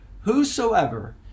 Whosoever